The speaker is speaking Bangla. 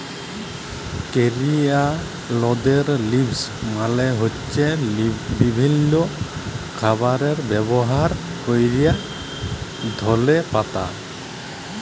করিয়ালদের লিভস মালে হ্য়চ্ছে বিভিল্য খাবারে ব্যবহার ক্যরা ধলে পাতা